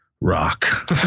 rock